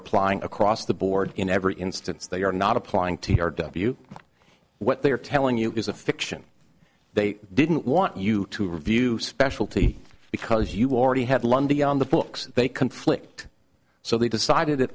applying across the board in every instance they are not applying t r w what they are telling you is a fiction they didn't want you to review specialty because you already had lundy on the books they conflict so they decided it